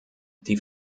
die